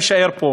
נישאר פה.